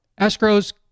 escrows